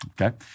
Okay